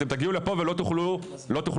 אתם תגיעו לפה ולא תוכלו להשתלב".